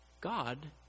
God